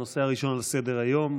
הנושא הראשון על סדר-היום,